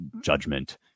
judgment